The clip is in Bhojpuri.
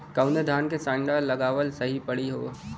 कवने धान क संन्डा लगावल सही परी हो?